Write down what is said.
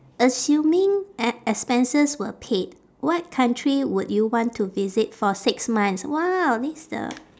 assuming e~ expenses were paid what country would you want to visit for six months !wow! this the